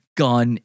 gun